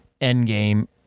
endgame